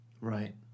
right